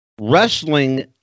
Wrestling